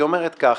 היא אומרת כך: